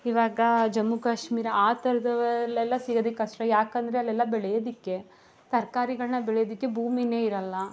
ಇವಾಗ ಜಮ್ಮು ಕಾಶ್ಮೀರ ಆ ಥರದವಲ್ಲೆಲ್ಲ ಸಿಗದಿಕ್ಕೆ ಕಷ್ಟ ಯಾಕಂದರೆ ಅಲ್ಲೆಲ್ಲ ಬೆಳೆಯೋದಿಕ್ಕೆ ತರಕಾರಿಗಳ್ನ ಬೆಳೆಯೋದಿಕ್ಕೆ ಭೂಮಿನೇ ಇರೋಲ್ಲ